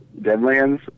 Deadlands